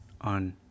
on